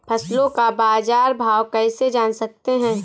फसलों का बाज़ार भाव कैसे जान सकते हैं?